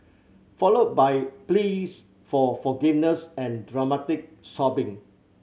followed by pleas for forgiveness and dramatic sobbing